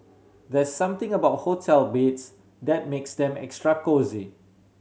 there's something about hotel beds that makes them extra cosy